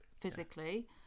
physically